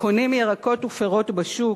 קונים ירקות ופירות בשוק.